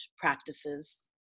practices